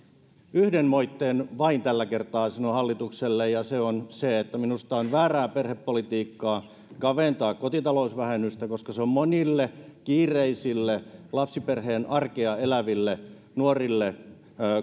yhden moitteen tällä kertaa sanon hallitukselle ja se on se että minusta on väärää perhepolitiikkaa kaventaa kotitalousvähennystä koska se on monille kiireisille lapsiperheen arkea eläville nuorille